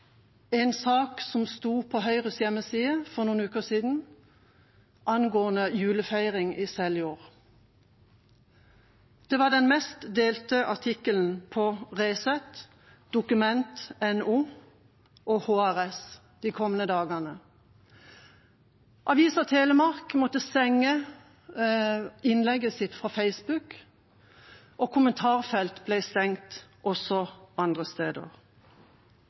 en sak som sto på Høyres hjemmeside for noen uker siden angående julefeiring i Seljord. Det var den mest delte artikkelen på Resett, Document.no og Human Rights Service de kommende dagene. Telemarksavisa måtte stenge innlegget sitt fra Facebook, og kommentarfelt ble stengt også andre steder.